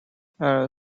ezra